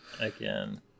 again